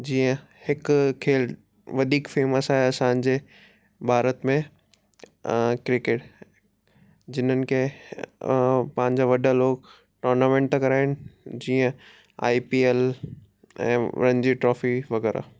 जीअं हिकु खेल वधीक फेमस आहे असांजे भारत में क्रिकेट जिन्हनि खे पंहिंजा वॾा लोग टूर्नामेंट था कराइनि जीअं आई पी एल ऐं उन्हनि जी ट्रॉफी वग़ैरह